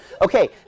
okay